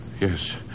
Yes